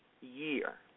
year